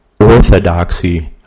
Orthodoxy